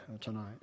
tonight